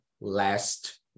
last